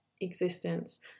existence